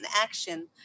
action